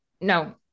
No